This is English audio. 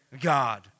God